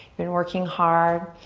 been working hard.